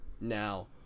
now